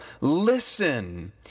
listen